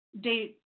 date